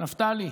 נפתלי,